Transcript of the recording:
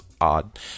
odd